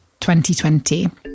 2020